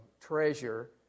treasure